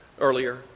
earlier